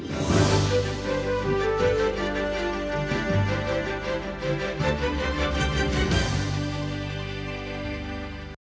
Дякую